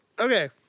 Okay